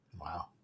Wow